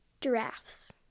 Giraffes